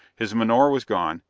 his menore was gone,